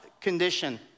condition